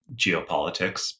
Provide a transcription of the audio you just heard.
geopolitics